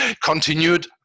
continued